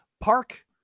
park